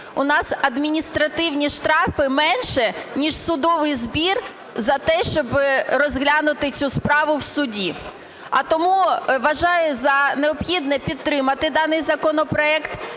у нас адміністративні штрафи менші ніж судовий збір за те, щоб розглянути цю справу в суді. А тому вважаю за необхідне підтримати даний законопроект